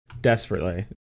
desperately